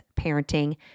parenting